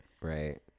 Right